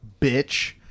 bitch